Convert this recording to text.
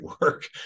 work